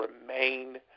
remain